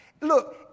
Look